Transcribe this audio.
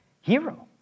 hero